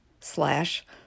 slash